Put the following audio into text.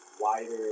wider